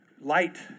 light